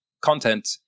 content